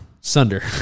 Sunder